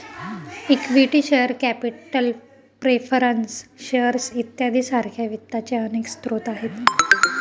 equity share capital preference shares इत्यादी सारख्या वित्ताचे अनेक स्रोत आहेत